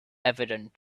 evident